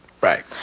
Right